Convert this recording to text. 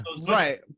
Right